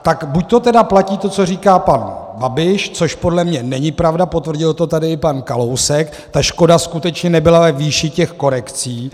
Tak buď teda platí to, co říká pan Babiš, což podle mě není pravda, potvrdil to tady i pan Kalousek ta škoda skutečně nebyla ve výši těch korekcí.